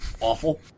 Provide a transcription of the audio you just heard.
awful